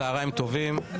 צוהריים טובים,